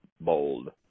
bold